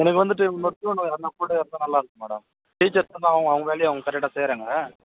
எனக்கு வந்துட்டு இன்னொரு பியூன்னு யாருன்னால் கூட இருந்தால் நல்லாயிருக்கும் மேடம் டீச்சர் வந்து அவங்க அவங்க வேலையை கரெக்டாக செய்கிறாங்க